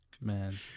Man